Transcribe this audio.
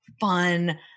fun